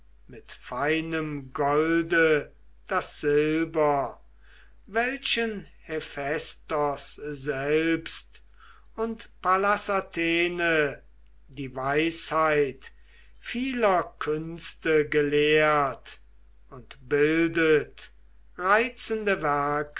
mit feinem golde das silber welchen hephaistos selbst und pallas athene die weisheit vieler künste gelehrt und bildet reizende werke